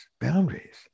boundaries